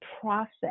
process